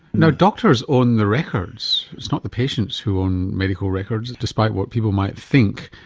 now doctors own the records, it's not the patients who own medical records despite what people might think.